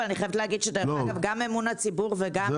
אני חייבת להגיד שגם אמון הציבור וגם